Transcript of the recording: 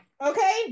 okay